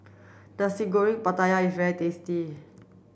Nasi Goreng Pattaya is very tasty